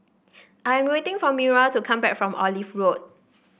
I am waiting for Myra to come back from Olive Road